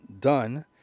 done